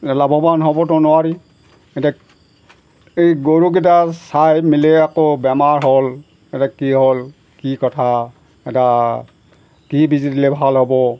লাভৱান হ'বতো নোৱাৰি এতিয়া এই গৰুকেইটা চাই মেলি আকৌ বেমাৰ হ'ল এটা কি হ'ল কি কথা এটা কি বেজি দিলে ভাল হ'ব